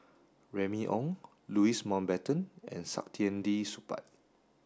Remy Ong Louis Mountbatten and Saktiandi Supaat